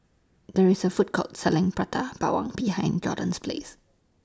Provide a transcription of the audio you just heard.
There IS A Food Court Selling Prata Bawang behind Jordyn's Police